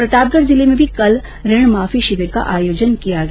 प्रतापगढ जिले में भी कल ऋण माफी शिविर का आयोजन किया गया